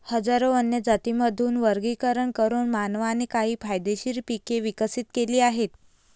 हजारो वन्य जातींमधून वर्गीकरण करून मानवाने काही फायदेशीर पिके विकसित केली आहेत